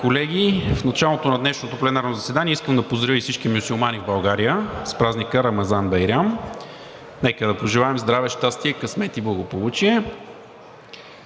колеги, в началото на днешното пленарно заседание искам да поздравя всички мюсюлмани в България с празника Рамазан Байрам! Нека да пожелаем здраве, щастие, късмет и благополучие!